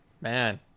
man